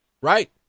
right